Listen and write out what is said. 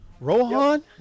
Rohan